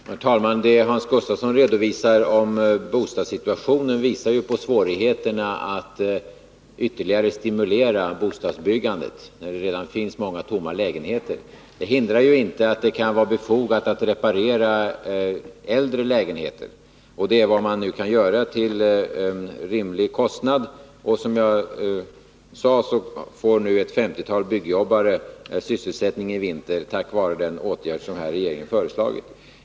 Herr talman! Det Hans Gustafsson redovisar om bostadssituationen visar på svårigheterna att ytterligare stimulera bostadsbyggandet. Men att det finns många tomma lägenheter hindrar inte att det kan vara befogat att reparera äldre lägenheter, och det är vad man nu kan göra till rimlig kostnad. Som jag sade, får ett femtiotal byggjobbare sysselsättning i vinter tack vare den åtgärd som regeringen har föreslagit.